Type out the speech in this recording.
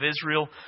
Israel